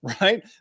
right